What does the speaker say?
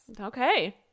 Okay